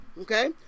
okay